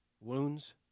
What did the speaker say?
wounds